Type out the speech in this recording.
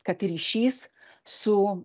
kad ryšys su